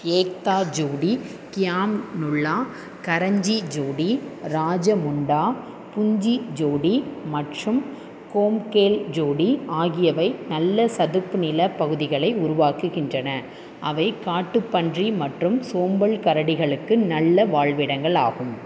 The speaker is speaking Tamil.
ஏக்தா ஜோடி க்யாம் நுல்லா கரஞ்சி ஜோடி ராஜமுண்டா புஞ்சி ஜோடி மற்றும் கோம்கெல் ஜோடி ஆகியவை நல்ல சதுப்பு நில பகுதிகளை உருவாக்குகின்றன அவை காட்டுப்பன்றி மற்றும் சோம்பல் கரடிகளுக்கு நல்ல வாழ்விடங்களாகும்